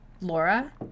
Laura